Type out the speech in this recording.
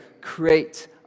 create